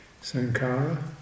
Sankara